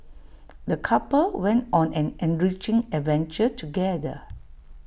the couple went on an enriching adventure together